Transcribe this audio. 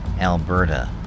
Alberta